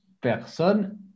personne